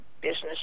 business